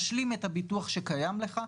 משלים את הביטוח שקיים לך.